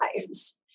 lives